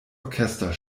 orchester